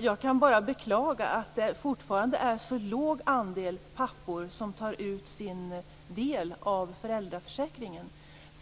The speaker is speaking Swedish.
Jag kan bara beklaga att det fortfarande är en så låg andel pappor som tar ut sin del av föräldraförsäkringen.